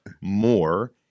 more